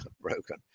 broken